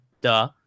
Duh